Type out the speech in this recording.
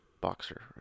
boxer